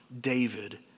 David